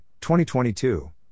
2022